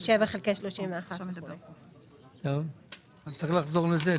של שבע חלקי 31. אז צריך לחזור לזה,